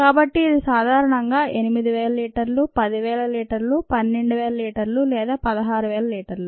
కాబట్టి ఇది సాధారణంగా 8000 లీటర్లు 10000 లీటర్లు 12000 లీటర్లు లేదా 16000 లీటర్లు